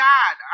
God